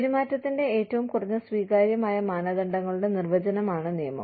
പെരുമാറ്റത്തിന്റെ ഏറ്റവും കുറഞ്ഞ സ്വീകാര്യമായ മാനദണ്ഡങ്ങളുടെ നിർവചനമാണ് നിയമം